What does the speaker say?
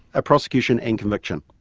a prosecution and conviction.